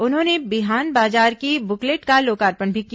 उन्होंने बिहान बाजार की बुकलेट का लोकार्पण भी किया